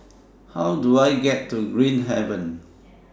How Do I get to Green Haven